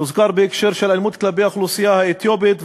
הוזכר בהקשר של אלימות כלפי האוכלוסייה האתיופית,